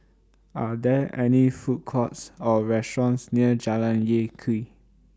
Are There any Food Courts Or restaurants near Jalan Lye Kwee